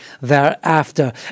thereafter